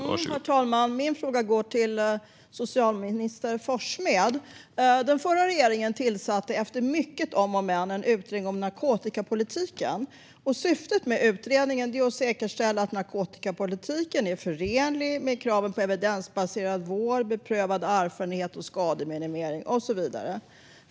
Herr talman! Min fråga går till socialminister Forssmed. Den förra regeringen tillsatte efter många om och men en utredning om narkotikapolitiken. Syftet med utredningen är att säkerställa att narkotikapolitiken är förenlig med kraven på evidensbaserad vård, beprövad erfarenhet, skademinimering och så vidare.